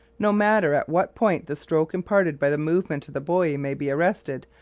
no matter at what point the stroke imparted by the movement of the buoy may be arrested,